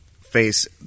face